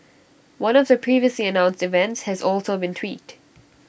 one of the previously announced events has also been tweaked